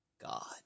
God